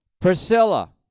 Priscilla